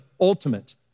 ultimate